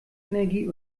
energie